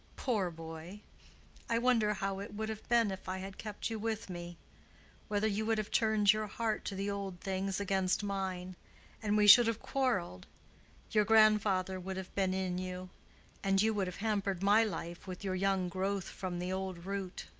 poor boy i wonder how it would have been if i had kept you with me whether you would have turned your heart to the old things against mine and we should have quarreled your grandfather would have been in you and you would have hampered my life with your young growth from the old root.